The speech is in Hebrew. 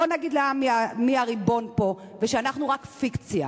בוא ונגיד לעם מי הריבון פה ושאנחנו רק פיקציה.